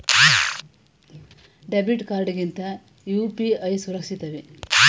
Debit card ಗಿಂತ UPI ಸುರಕ್ಷಿತವೇ?